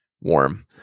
warm